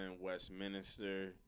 Westminster